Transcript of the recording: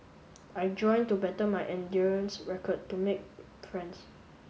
I joined to better my endurance record to make friends